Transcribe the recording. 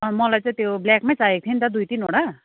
मलाई त्यो ब्ल्याकमै चाहिएको थियो नि त दुई तिनवटा